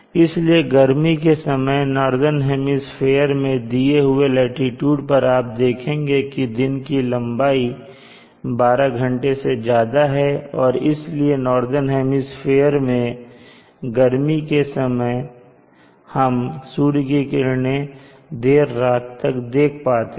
इसलिए गर्मी के समय नॉर्दन हेमिस्फीयर में दिए हुए लाटीट्यूड पर आप देखेंगे कि दिन की लंबाई 12 घंटे से ज्यादा है और इसीलिए नॉर्दन हेमिस्फीयर में गर्मी के समय हम सूर्य की किरणें देर रात तक देख पाते हैं